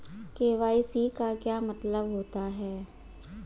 KYC का क्या मतलब होता है?